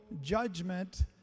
judgment